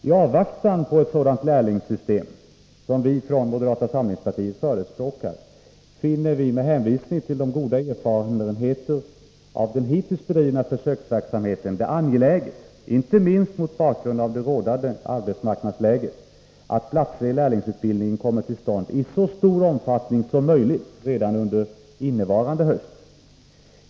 I avvaktan på ett sådant lärlingssystem som vi från moderata samlingspartiet förespråkar finner vi, med hänvisning till de goda erfarenheterna av den hittills bedrivna försöksverksamheten, det angeläget — inte minst mot bakgrund mot av det rådande arbetsmarknadsläget — att platser i lärlingsutbildning kommer till stånd i så stor omfattning som möjligt redan under innevarande höst.